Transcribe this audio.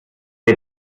der